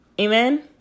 Amen